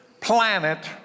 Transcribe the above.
planet